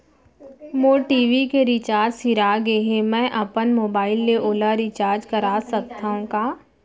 मोर TV के recharge सिरा गे हे, मैं अपन मोबाइल ले ओला रिचार्ज करा सकथव का?